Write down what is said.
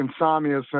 insomnia